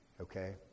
okay